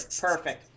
Perfect